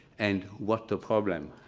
and what's the problem?